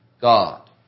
God